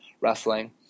wrestling